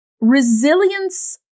Resilience